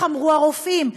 איך אמרו הרופאים,